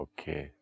Okay